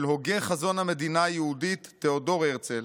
הוגה חזון המדינה היהודית תיאודור הרצל